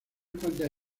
cuantas